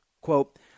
Quote